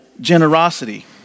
generosity